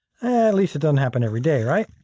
least it doesn't happen every day, right?